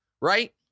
right